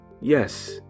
yes